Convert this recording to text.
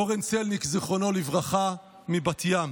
אורן צלניק, זיכרונו לברכה, מבת ים.